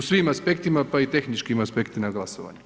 U svim aspektima pa i tehničkim aspektima glasovanja.